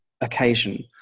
occasion